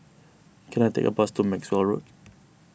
can I take a bus to Maxwell Road